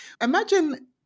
Imagine